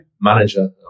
manager